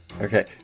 Okay